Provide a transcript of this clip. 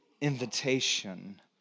invitation